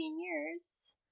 years